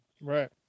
right